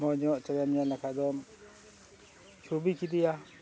ᱢᱚᱡᱽ ᱧᱚᱜ ᱪᱮᱬᱮᱢ ᱧᱮᱞ ᱞᱮᱠᱷᱟᱱ ᱫᱚᱢ ᱪᱷᱚᱵᱤ ᱠᱮᱫᱮᱭᱟ